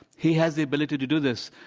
he has the ability to do this.